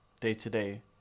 day-to-day